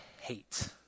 hate